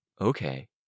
Okay